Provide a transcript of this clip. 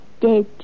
dead